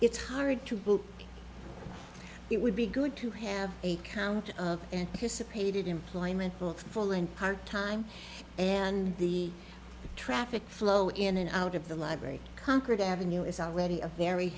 it's hard to believe it would be good to have a count of anticipated employment both full and part time and the traffic flow in and out of the library concord avenue is already a very